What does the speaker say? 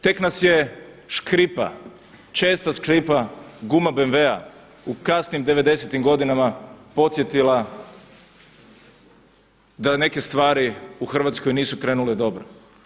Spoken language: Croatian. Tek nas je škripa, česta škripa guma BMW-a u kasnim devedesetim godinama podsjetila da neke stvari u Hrvatskoj nisu krenule dobro.